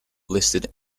listed